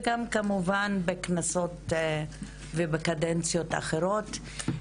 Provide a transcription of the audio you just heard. וגם כמובן בכנסות ובקדנציות אחרות.